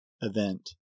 event